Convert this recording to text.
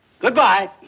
Goodbye